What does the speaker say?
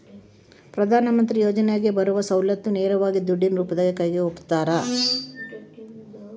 ಪ್ರಧಾನ ಮಂತ್ರಿ ಯೋಜನೆಯಾಗ ಬರುವ ಸೌಲತ್ತನ್ನ ನೇರವಾಗಿ ದುಡ್ಡಿನ ರೂಪದಾಗ ಕೈಗೆ ಒಪ್ಪಿಸ್ತಾರ?